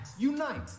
Unite